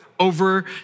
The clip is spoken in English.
over